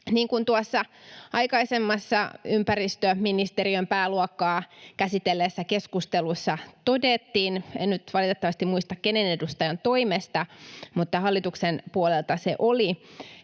Niin kuin tuossa aikaisemmassa ympäristöministeriön pääluokkaa käsitelleessä keskustelussa todettiin — en nyt valitettavasti muista, kenen edustajan toimesta, mutta hallituksen puolelta se oli